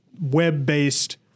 web-based